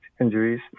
injuries